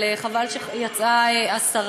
חבל שיצאה השרה.